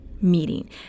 meeting